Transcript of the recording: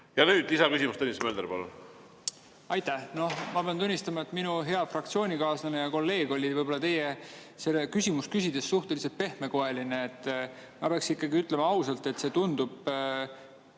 Ja nüüd lisaküsimus. Tõnis Mölder, palun! Aitäh! Ma pean tunnistama, et minu hea fraktsioonikaaslane ja kolleeg oli võib-olla teilt seda küsimust küsides suhteliselt pehmekoeline. Ma peaksin ikkagi ütlema ausalt, et see tundub